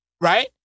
Right